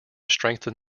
strengthen